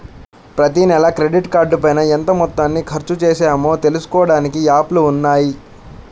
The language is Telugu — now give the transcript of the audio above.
ప్రతినెలా క్రెడిట్ కార్డుపైన ఎంత మొత్తాన్ని ఖర్చుచేశామో తెలుసుకోడానికి యాప్లు ఉన్నయ్యి